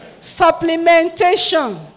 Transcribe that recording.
Supplementation